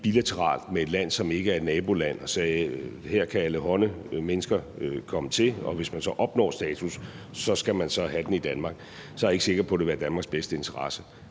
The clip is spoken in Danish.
bilateralt med et land, som ikke er et naboland, og sagde, at her kan alle hånde mennesker komme til, og hvis man så opnår status, skal man have den i Danmark, så er jeg ikke sikker på, at det ville være i Danmarks bedste interesse,